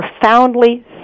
profoundly